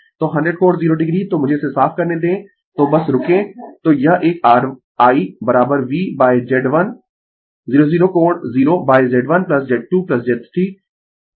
तो 100 कोण 0 o तो मुझे इसे साफ करने दें तो बस रूकें तो यह एक r I VZ100 कोण 0Z1Z2 Z 3